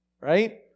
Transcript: right